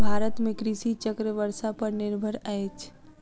भारत में कृषि चक्र वर्षा पर निर्भर अछि